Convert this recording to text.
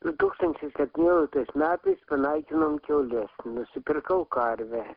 du tūkstančiai septynioliktais metais panaikinom kiaules nusipirkau karvę